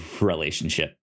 relationship